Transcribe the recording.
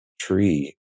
tree